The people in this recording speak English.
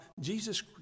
Jesus